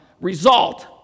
result